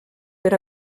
per